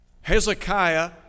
Hezekiah